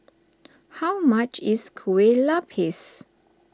how much is Kue Lupis